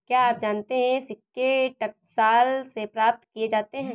क्या आप जानते है सिक्के टकसाल से प्राप्त किए जाते हैं